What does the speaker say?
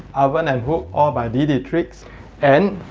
oven and hood all by de dietrich so and